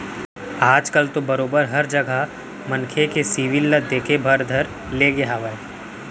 आज कल तो बरोबर हर जघा मनखे के सिविल ल देखे बर धर ले गे हावय